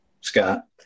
Scott